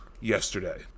Yesterday